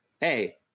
Hey